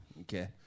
Okay